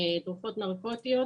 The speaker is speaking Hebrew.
בתרופות נרקוטיות,